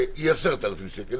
שהיא 10,000 שקלים,